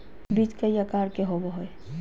बीज कई आकार के होबो हइ